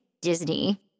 Disney